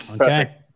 okay